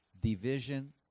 division